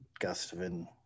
Gustavin